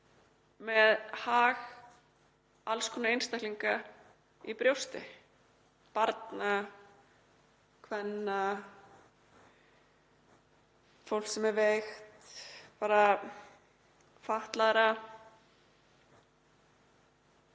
bera hag alls konar einstaklinga fyrir brjósti; barna, kvenna, fólks sem er veikt, fatlaðra.